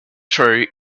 true